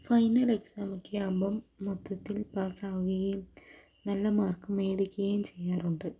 final exam ഒക്കെ ആകുമ്പം മൊത്തത്തിൽ പാസ് ആകുകയും നല്ല മാർക്ക് മേടിക്കുകയും ചെയ്യാറുണ്ട്